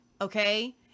okay